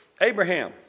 Abraham